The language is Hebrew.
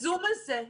הזום הזה,